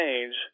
change